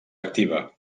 activa